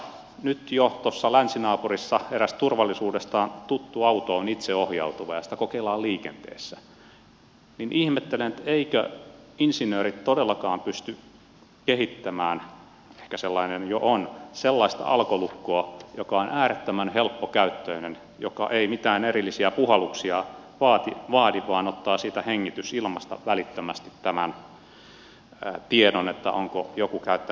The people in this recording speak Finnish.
mutta nyt jo tuossa länsinaapurissa eräs turvallisuudestaan tuttu auto on itseohjautuva ja sitä kokeillaan liikenteessä ja ihmettelen eivätkö insinöörit todellakaan pysty kehittämään ehkä sellainen jo on sellaista alkolukkoa joka on äärettömän helppokäyttöinen joka ei mitään erillisiä puhalluksia vaadi vaan ottaa siitä hengitysilmasta välittömästi tiedon siitä onko joku käyttänyt päihteitä